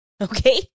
Okay